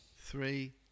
Three